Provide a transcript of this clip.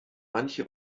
manche